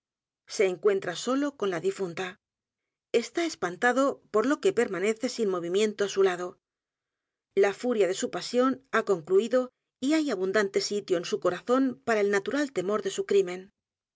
se encuentra solo con la difunta está espantado por lo que permanece sin movimiento á su lado la furia de su pasión ha concluido y hay abundante sitio en su corazón p a r a el natural temor de su crimen